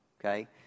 okay